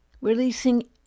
releasing